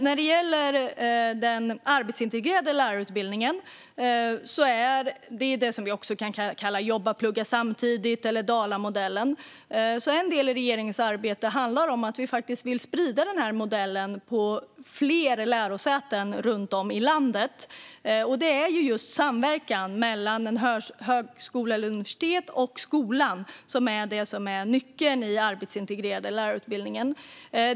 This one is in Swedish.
När det gäller den arbetsintegrerade lärarutbildningen - det som vi kan kalla jobba och plugga samtidigt eller Dalamodellen - handlar en del av regeringens arbete om att vi vill sprida modellen till fler lärosäten runt om i landet. Det är just samverkan mellan högskolan eller universitet och skolan som är nyckeln i den arbetsintegrerade lärarutbildningen.